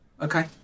Okay